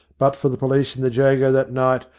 but for the police in the jago that night,